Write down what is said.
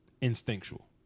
instinctual